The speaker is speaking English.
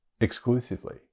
exclusively